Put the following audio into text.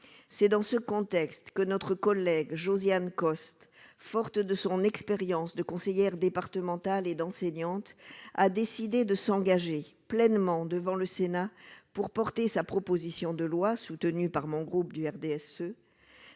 c'est dans ce contexte que notre collègue Josiane Costes, forte de son expérience de conseillère départementale et d'enseignante a décidé de s'engager pleinement devant le Sénat pour porter sa proposition de loi soutenue par mon groupe du RDSE,